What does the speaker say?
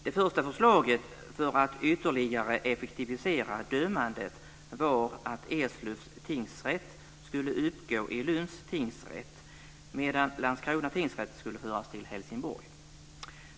Det första förslaget för att ytterligare effektivisera dömandet var att Eslövs tingsrätt skulle uppgå i Lunds tingsrätt, medan Landskronas tingsrätt skulle föras till Helsingborg.